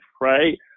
right